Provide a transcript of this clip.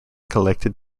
collected